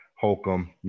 Holcomb